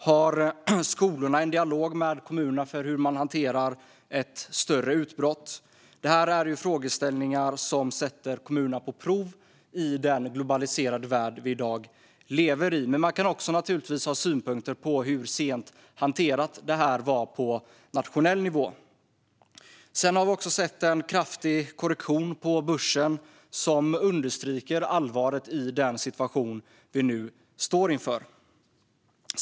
Har skolorna en dialog med kommunerna för hur man ska hantera ett större utbrott? Det är frågeställningar som sätter kommunerna på prov i den globaliserade värld vi i dag lever i. Men vi kan också ha synpunkter på hur sent det här hanterats på nationell nivå. Vi har också sett en kraftig korrektion på börsen. Det understryker allvaret i situationen vi nu står inför.